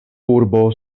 urbo